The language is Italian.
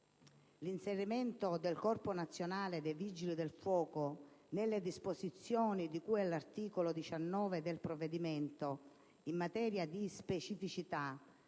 l'inserimento del Corpo nazionale dei vigili del fuoco nelle disposizioni di cui all'articolo 19 del provvedimento, in materia di specificità